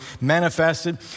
manifested